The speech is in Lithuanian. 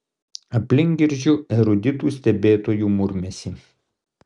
aplink girdžiu eruditų stebėtojų murmesį